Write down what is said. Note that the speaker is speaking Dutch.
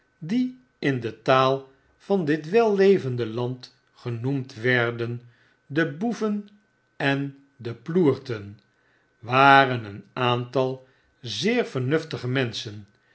die in de taal van ditwel levende land genoemd werden de boeven en de ploerten waren een aantal zeer vernuftige menschen